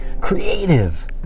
creative